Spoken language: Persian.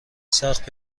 سخت